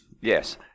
Yes